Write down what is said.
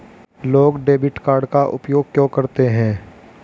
लोग debit card का उपयोग क्यों करते हैं?